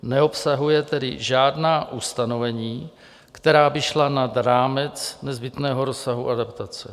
Neobsahuje tedy žádná ustanovení, která by šla nad rámec nezbytného rozsahu adaptace.